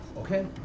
Okay